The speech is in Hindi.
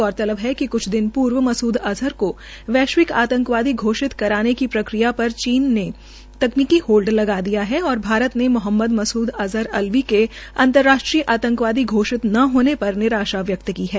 गौरतलब है कि क्छ दिन पूर्व मसूद अज़हर के वैश्विक आतंकवादी घोषित करने की प्रक्रिया पर चीन ने तकनीकी होल्ड लगा दिया है और भारत ने मोहम्द मसूद अज़हर अल्वी के अंतर्राष्ट्रीय आंतकवादी घोषित न होने पर निराशा व्यक्त की है